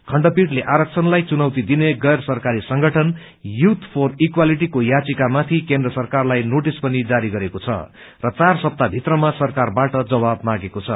खण्डपीठले आरक्षणलाई चुनौती दिने गैर सरकारी संगठन यूथ फर इक्वालिटीको याचिकामाथि केन्द्र सरकारलाई नोटिस पनि जारी गरेको छ र चार सप्ताह भित्रमा सरकारबाट जवाब मागेको छ